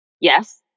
yes